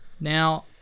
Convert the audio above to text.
Now